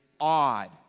odd